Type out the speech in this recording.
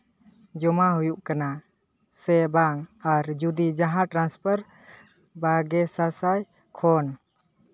ᱡᱚᱢᱟ ᱦᱩᱭᱩᱜ ᱠᱟᱱᱟ ᱥᱮ ᱵᱟᱝ ᱟᱨ ᱡᱩᱫᱤ ᱡᱟᱦᱟᱸ ᱴᱨᱟᱱᱥᱯᱷᱟᱨ ᱵᱟᱜᱮ ᱥᱟᱼᱥᱟᱭ ᱠᱷᱚᱱ